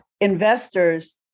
investors